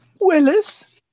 willis